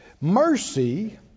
Mercy